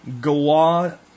Gua